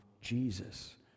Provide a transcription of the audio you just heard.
Jesus